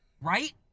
Right